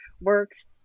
works